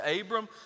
Abram